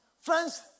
Friends